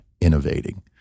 innovating